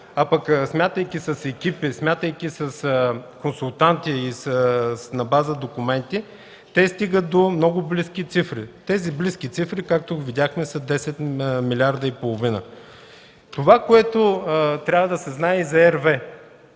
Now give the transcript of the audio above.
а пък смятайки с екипи, смятайки с консултанти и на база документи, те стигат до много близки цифри. Тези близки цифри, както видяхме, са 10 милиарда и половина. Това, което трябва да се знае за RWE